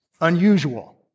unusual